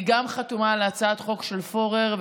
אני גם חתומה על הצעת החוק של חבר הכנסת פורר,